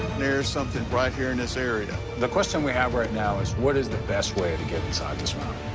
there's something, right here in this area. the question we have right now is what is the best way to get inside this mountain?